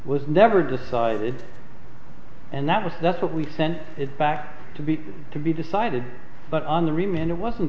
was never decided and that was that's what we sent it back to be to be decided but on the remand it wasn't